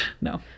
No